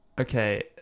okay